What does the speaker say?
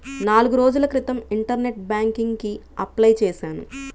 నాల్గు రోజుల క్రితం ఇంటర్నెట్ బ్యేంకింగ్ కి అప్లై చేశాను